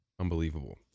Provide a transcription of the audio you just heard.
Unbelievable